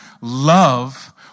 love